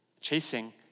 chasing